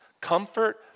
Comfort